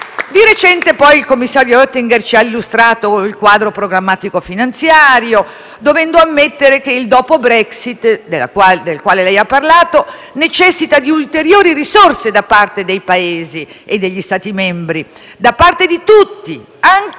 Di recente, il commissario Oettinger ci ha illustrato il quadro programmatico finanziario, dovendo ammettere che il dopo Brexit, del quale lei ha parlato, necessita di ulteriori risorse da parte dei Paesi e degli Stati membri, da parte di tutti, anche